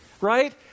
right